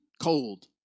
cold